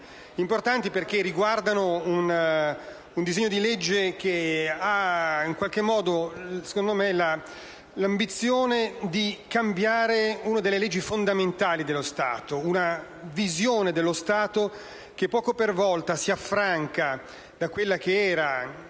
Sono tali perché riguardano un disegno di legge che, a mio avviso, ha l'ambizione di cambiare una delle leggi fondamentali dello Stato ed una visione dello Stato che poco per volta si affranca da quell'immagine